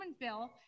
bill